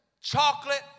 chocolate